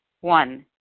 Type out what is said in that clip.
One